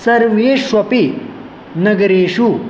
सर्वेष्वपि नगरेषु